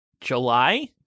July